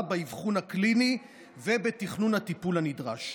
באבחון הקליני ובתכנון הטיפול הנדרש.